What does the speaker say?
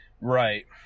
Right